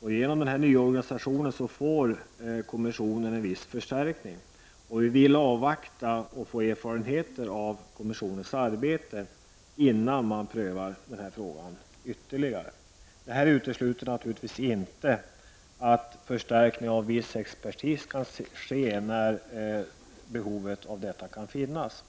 Genom den nya organisationen får kommissionen en viss förstärkning. Vi vill avvakta och få erfarenheter av kommissionens arbete, innan man prövar den frågan ytterligare. Det här utesluter naturligtvis inte att förstärkning med viss expertis kan ske när det finns behov av det.